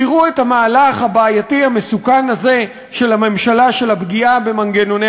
תראו את המהלך הבעייתי והמסוכן הזה של הממשלה של הפגיעה במנגנוני